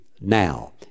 now